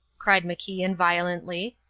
cried macian violently.